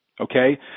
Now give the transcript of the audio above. Okay